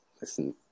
listen